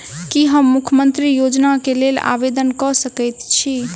की हम मुख्यमंत्री योजना केँ लेल आवेदन कऽ सकैत छी?